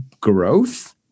growth